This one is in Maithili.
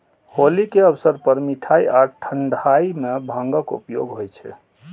होली के अवसर पर मिठाइ आ ठंढाइ मे भांगक उपयोग होइ छै